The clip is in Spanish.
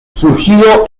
surgido